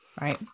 Right